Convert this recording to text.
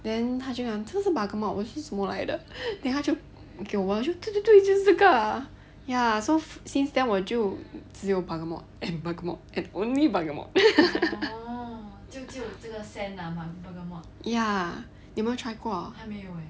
then 他就讲这个是 bergamot 我就什么来的 then 他就给我 !wah! 对对对就这个 ah ya so since then 我就只有 bergamot and bergamot and only bergamot ya 你有没有 try 过